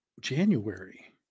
January